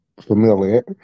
familiar